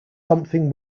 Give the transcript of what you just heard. something